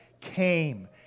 came